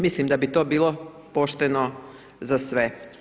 Mislim da bi to bilo pošteno za sve.